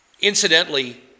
incidentally